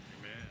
Amen